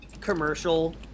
commercial